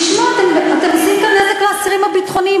תשמעו, אתם עושים כאן נזק לאסירים הביטחוניים.